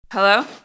Hello